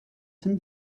feel